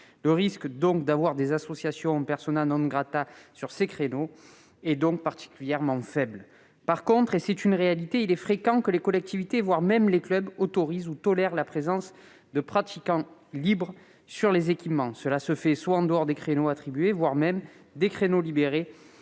Le risque que des associations en bénéficient est donc particulièrement faible. En revanche, et c'est une réalité, il est fréquent que les collectivités, voire les clubs autorisent ou tolèrent la présence de pratiquants libres sur les équipements. Cela se fait soit en dehors des créneaux attribués, grâce à des créneaux libérés,